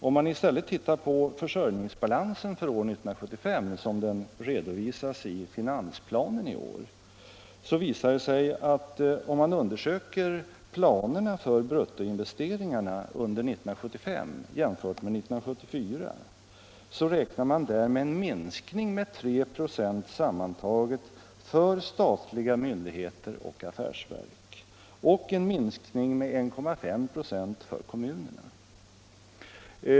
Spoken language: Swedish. Låt oss i stället se på försörjningsbalansen för 1975, som den redovisas i årets finansplan. Om vi undersöker planerna för bruttoinvesteringarna 1975 jämfört med 1974, så finner vi där en minskning med 3 96 sammantaget för statliga myndigheter och affärsverk samt en minskning med 1,5 96 för kommunerna.